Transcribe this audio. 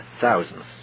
thousands